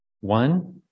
One